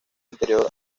anterior